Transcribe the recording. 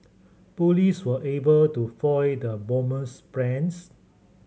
police were able to foil the bomber's plans